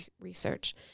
research